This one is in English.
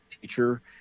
teacher